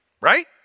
Right